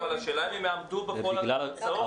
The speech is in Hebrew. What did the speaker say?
השאלה אם הם יעמדו בכל ההוצאות.